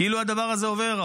כאילו הדבר הזה עובר.